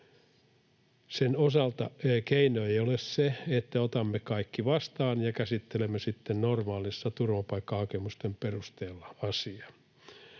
Sen osalta keino ei ole se, että otamme kaikki vastaan ja käsittelemme sitten normaalisti turvapaikkahakemusten perusteella asian.